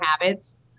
habits